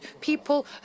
people